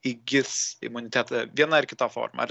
įgis imunitetą viena ar kita forma ar